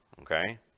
okay